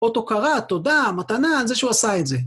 אות הוקרה, תודה, מתנה, זה שהוא עשה את זה.